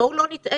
בואו לא נטעה.